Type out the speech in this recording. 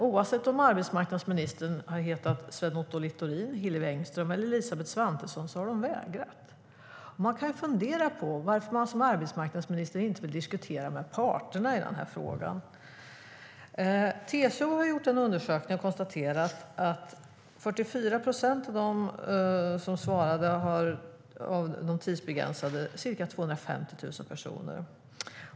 Oavsett om arbetsmarknadsministern har hetat Sven-Otto Littorin, Hillevi Engström eller Elisabeth Svantesson har man vägrat. Vi kan fundera på varför man som arbetsmarknadsminister inte vill diskutera med parterna i den här frågan. TCO har gjort en undersökning där 44 procent av de tidsbegränsade anställda svarade, vilket motsvarar ungefär 250 000 personer.